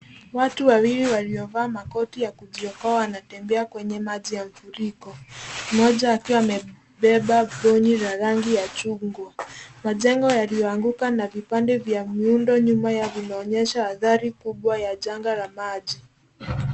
Watu wawili waliovaa makoti ya kujiokoa, wanatembea kwenye maji ya mfuriko, mmoja akiwa amebeba gonyi ya rangi ya chungwa. Majengo yaliyoanguka na vipande vya miundo nyuma ya vinaonyesha athari kubwa ya janga la maji.